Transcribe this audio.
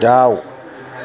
दाउ